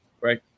right